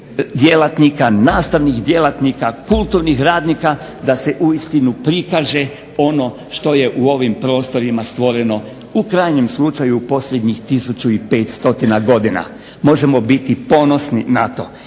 djelatnika, nastavnih djelatnika, kulturnih radnika da se uistinu prikaže ono što je u ovim prostorima stvoreno u krajnjem slučaju posljednjih 1500 godina. Možemo biti ponosni na to.